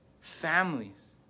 families